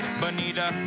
Bonita